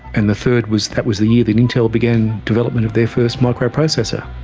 and the third was that was the year that intel began development of their first microprocessor.